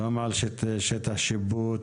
גם על שטח שיפוט,